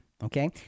Okay